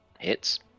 Hits